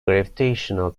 gravitational